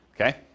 Okay